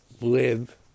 live